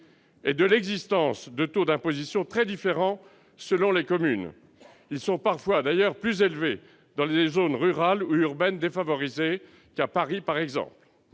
et de l'existence de taux d'imposition très différents selon les communes. Ces taux sont d'ailleurs parfois plus élevés dans des zones rurales ou urbaines défavorisées qu'à Paris par exemple.